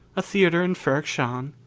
a theater in ferrok-shahn.